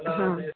हां